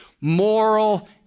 moral